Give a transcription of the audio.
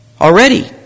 Already